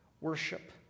worship